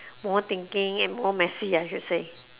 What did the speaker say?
more thinking and more messy I should say